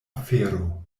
afero